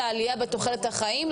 לעלייה בתוחלת החיים,